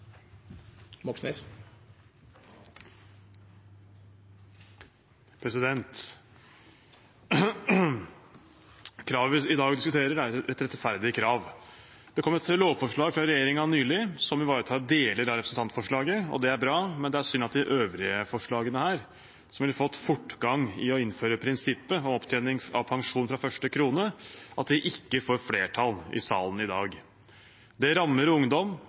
et rettferdig krav. Det kom nylig et lovforslag fra regjeringen som ivaretar deler av representantforslaget, og det er bra, men det er synd at de øvrige forslagene her, som ville fått fortgang i å innføre prinsippet om opptjening av pensjon fra første krone, ikke får flertall i salen i dag. Det rammer ungdom,